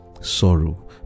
sorrow